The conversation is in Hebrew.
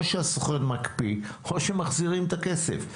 או שהסוכן מקפיא או מחזירים את הכסף.